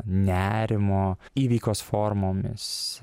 nerimo įveikos formomis